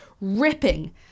ripping